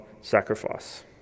sacrifice